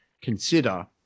consider